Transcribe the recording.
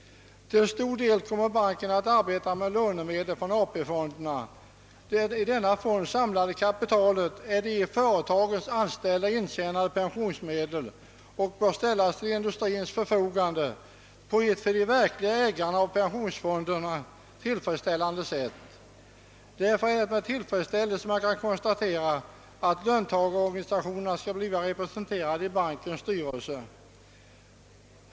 Till stor del kommer banken att arbeta med lånemedel från AP-fonden. Det i denna fond samlade kapitalet är av de anställda i företagen intjänade pensionsmedel och bör ställas till industrins förfogande på ett för pensionsfondens verkliga ägare tillfredsställande sätt. Därför är det med tillfredsställelse man konstaterar att löntagarorganisationerna skall bli representerade i bankens styrelse.